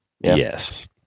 Yes